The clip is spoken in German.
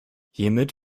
hiermit